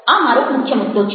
આ મારો મુખ્ય મુદ્દો છે